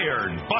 Iron